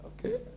Okay